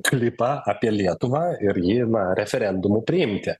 klipą apie lietuvą ir jį na referendumu priimti